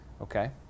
Okay